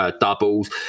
doubles